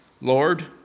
Lord